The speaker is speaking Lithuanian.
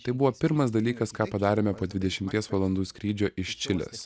tai buvo pirmas dalykas ką padarėme po dvidešimties valandų skrydžio iš čilės